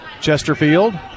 Chesterfield